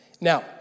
Now